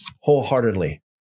wholeheartedly